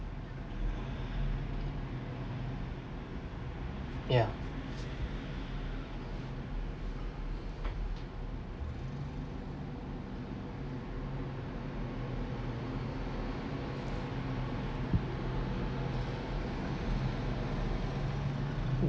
yeah